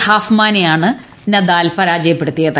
ഹാൻഫ്മാനെയാണ് Nadal പര്യാജ്യപ്പെടുത്തിയത്